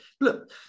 Look